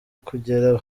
kugera